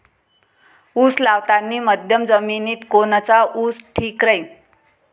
उस लावतानी मध्यम जमिनीत कोनचा ऊस ठीक राहीन?